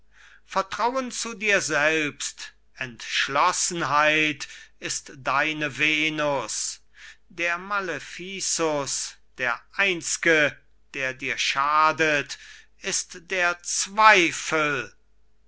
vertrauen zu dir selbst entschlossenheit ist deine venus der maleficus der einzge der dir schadet ist der zweifel